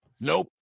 nope